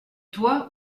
toi